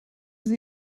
sie